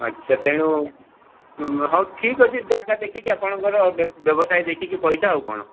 ଆଚ୍ଛା ତେଣୁ ହଉ ଠିକ ଅଛି ଜାଗା ଦେଖିକି ଆପଣଙ୍କର ବ୍ୟବସାୟ ଦେଖିକି ପଇସା ଆଉ କ'ଣ